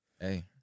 Hey